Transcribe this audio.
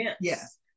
Yes